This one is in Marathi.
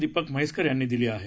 दीपक म्हैसकर यांनी दिली आहे